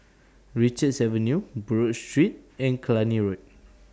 Richards Avenue Buroh Street and Cluny Road